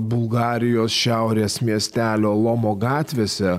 bulgarijos šiaurės miestelio lomo gatvėse